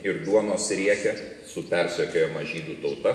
ir duonos rieke su persekiojama žydų tauta